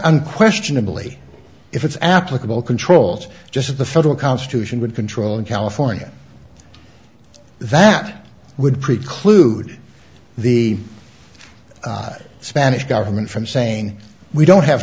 unquestionably if it's applicable controls just as the federal constitution would control in california that would preclude the spanish government from saying we don't have